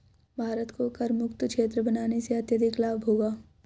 भारत को करमुक्त क्षेत्र बनाने से अत्यधिक लाभ होगा